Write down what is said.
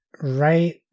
right